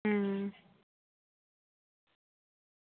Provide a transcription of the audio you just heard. अं